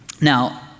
Now